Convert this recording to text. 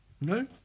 No